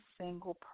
single